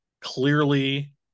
clearly